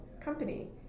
company